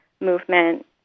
movement